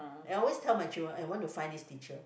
I always tell my children I want to find this teacher